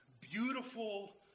beautiful